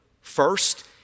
First